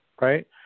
right